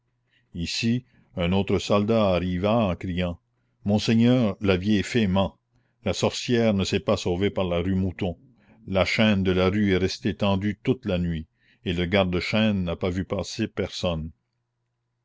ici un autre soldat arriva en criant monseigneur la vieille fée ment la sorcière ne s'est pas sauvée par la rue mouton la chaîne de la rue est restée tendue toute la nuit et le garde chaîne n'a vu passer personne